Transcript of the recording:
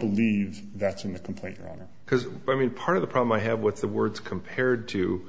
believe that's in the complaint because i mean part of the problem i have with the words compared to